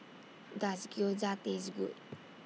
Does Gyoza Taste Good